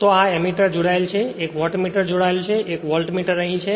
તો આ એમીટર જોડાયેલ છે 1 વોટમીટર જોડાયેલ છે અને 1 વોલ્ટમીટર અહીં છે